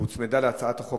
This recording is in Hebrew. ההצעה להעביר את הצעת חוק